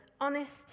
honest